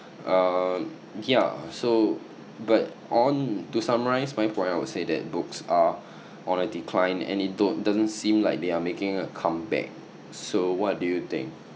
um yeah so but on to summarize my point I would say that books are on a decline and it don't doesn't seem like they are making a comeback so what do you think